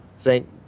thank